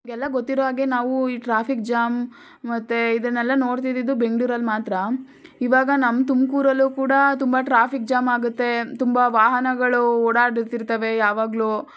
ಎಲ್ಲ ಗೊತ್ತಿರೋ ಹಾಗೆ ನಾವು ಈ ಟ್ರಾಫಿಕ್ ಜಾಮ್ ಮತ್ತು ಇದನ್ನೆಲ್ಲ ನೋಡ್ತಿದ್ದಿದ್ದು ಬೆಂಗ್ಳೂರಲ್ಲಿ ಮಾತ್ರ ಇವಾಗ ನಮ್ಮ ತುಮಕೂರಲ್ಲೂ ಕೂಡ ತುಂಬ ಟ್ರಾಫಿಕ್ ಜಾಮ್ ಆಗುತ್ತೆ ತುಂಬ ವಾಹನಗಳು ಓಡಾಡುತಿರ್ತವೆ ಯಾವಾಗಲೂ